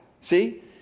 See